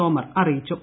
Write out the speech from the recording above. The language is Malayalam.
തോമർ അറിയിച്ചു